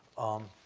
um,